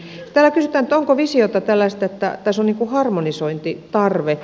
täällä kysytään onko visiota tällaisesta että tässä on harmonisointitarve